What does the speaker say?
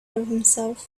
himself